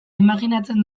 imajinatzen